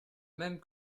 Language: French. même